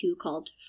called